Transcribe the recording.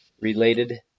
related